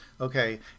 okay